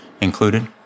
included